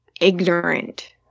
ignorant